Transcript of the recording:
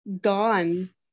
gone